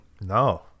No